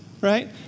right